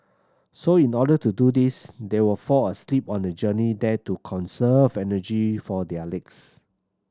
so in order to do this they were fall asleep on the journey there to conserve energy for their legs